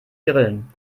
grillen